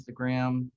Instagram